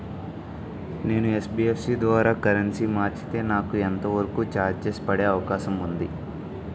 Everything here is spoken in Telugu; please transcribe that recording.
నేను యన్.బి.ఎఫ్.సి ద్వారా కరెన్సీ మార్చితే నాకు ఎంత వరకు చార్జెస్ పడే అవకాశం ఉంది?